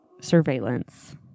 surveillance